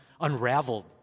unraveled